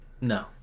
no